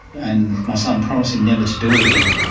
and my son promising never to do it again.